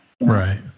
Right